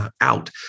out